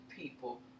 people